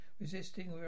resisting